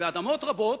ואדמות רבות,